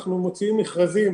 אנחנו מוציאים מכרזים,